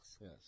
Yes